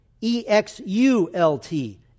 E-X-U-L-T